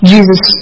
Jesus